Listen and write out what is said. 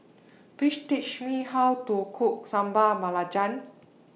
Please teach Me How to Cook Sambal Belacan